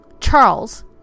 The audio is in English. Charles